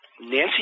Nancy